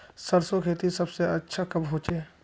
सरसों खेती सबसे अच्छा कब होचे?